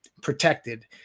protected